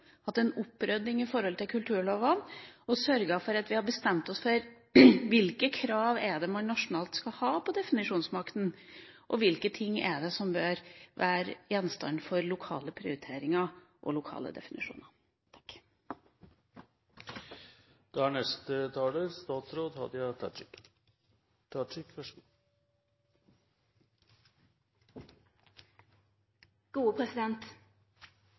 en opprydding i forhold til kulturlovene og bestemt oss for hvilke krav man nasjonalt skal ha til definisjonsmakten, og hvilke ting som bør være gjenstand for lokale prioriteringer og lokale definisjoner. Representantane Tenden og Skei Grande presenterer to forslag i sitt dokument. Det fyrste forslaget er så